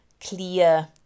clear